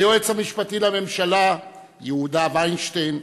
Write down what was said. היועץ המשפטי לממשלה יהודה וינשטיין,